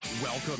Welcome